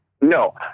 No